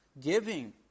Giving